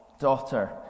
daughter